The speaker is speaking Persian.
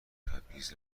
تبعیض